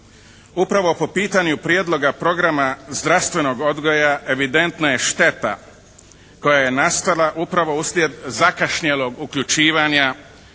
Upravo po pitanju prijedloga programa zdravstvenog odgoja evidentna je šteta koja je nastala upravo uslijed zakašnjelog uključivanja